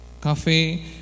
cafe